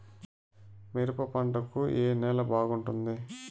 మిరప పంట కు ఏ నేల బాగుంటుంది?